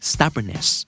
Stubbornness